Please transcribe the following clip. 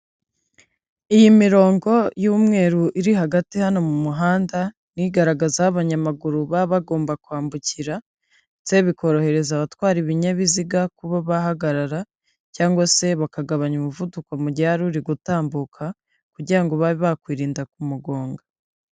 Iyi mirongo y'umweru iri hagati hano mu muhanda, ni igaragaza aho abanyamaguru baba bagomba kwambukira, ndetse bikorohereza abatwara ibinyabiziga kuba bahagarara, cyangwa se bakagabanya umuvuduko mu mugihe uri gutambuka kugirango ngo babe bakwirinda kumugonga.